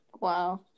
Wow